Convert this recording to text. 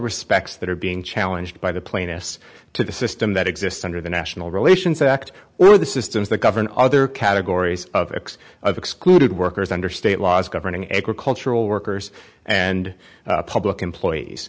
respects that are being challenged by the plaintiffs to the system that exists under the national relations act or the systems that govern other categories of acts of excluded workers under state laws governing ecker cultural workers and public employees